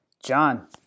John